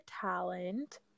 talent